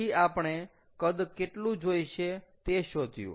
પછી આપણે કદ કેટલું જોઈશે તે શોધ્યું